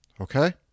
Okay